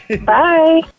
Bye